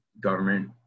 government